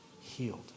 healed